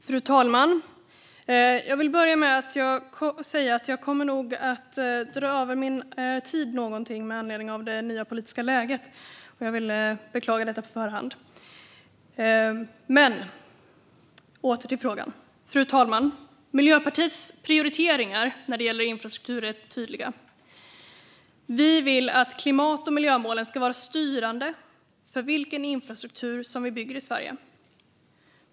Fru talman! Jag vill börja med att säga att jag med anledning av det nya politiska läget nog kommer att dra över min anmälda talartid något. Jag ber om ursäkt för detta på förhand. Fru talman! Miljöpartiets prioriteringar när det gäller infrastruktur är tydliga. Vi vill att klimat och miljömålen ska vara styrande i fråga om vilken infrastruktur vi bygger i Sverige.